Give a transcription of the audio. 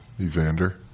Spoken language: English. Evander